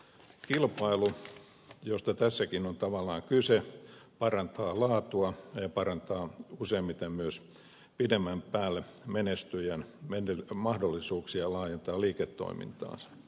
kilpailu josta tässäkin on tavallaan kyse parantaa laatua ja parantaa useimmiten myös pidemmän päälle menestyjän mahdollisuuksia laajentaa liiketoimintaansa